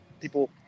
people